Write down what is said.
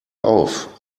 auf